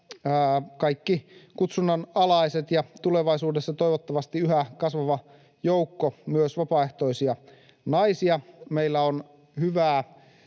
kaikki kutsunnanalaiset ja tulevaisuudessa toivottavasti yhä kasvava joukko myös vapaaehtoisia naisia — palveluksen